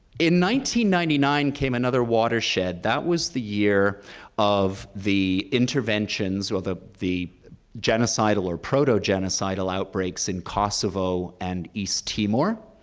ninety ninety nine came another watershed. that was the year of the interventions, or the the genocidal or proto-genocidal outbreaks in kosova and east timor.